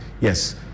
Yes